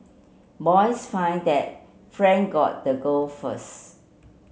boys finds that friend got the girl first